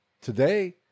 today